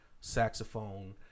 saxophone